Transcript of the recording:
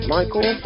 Michael